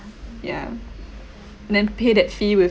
yeah then pay that fee with